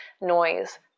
noise